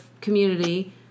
community